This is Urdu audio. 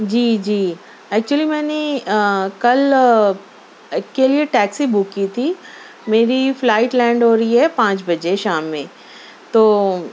جی جی ایکچوئلی میں نے کل کے لئے ٹیکسی بک کی تھی میری فلائٹ لینڈ ہو رہی ہے پانچ بجے شام میں تو